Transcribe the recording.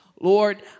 Lord